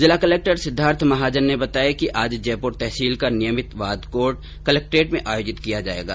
जिला कलक्टर सिद्धार्थ महाजन ने बताया कि आज जयपुर तहसील का नियमित वाद कोर्ट कलक्ट्रेट में आयोजित किया जायेगा